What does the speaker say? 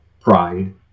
pride